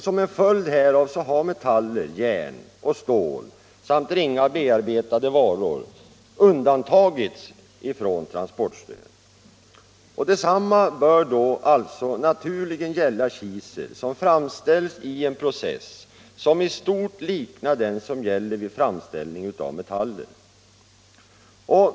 Som en följd härav har metaller, järn och stål, samt ringa bearbetade varor undantagits från transportstöd. Detsamma bör då naturligen gälla kisel, som framställs i en process som i stort liknar den som gäller för framställning av metaller.